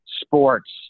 sports